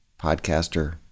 podcaster